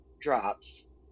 drops